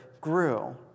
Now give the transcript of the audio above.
grew